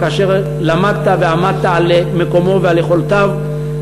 אבל כאשר למדת ועמדת על מקומו ועל יכולותיו,